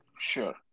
Sure